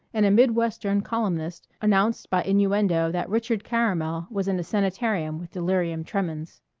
and a mid-western columnist announced by innuendo that richard caramel was in a sanitarium with delirium tremens.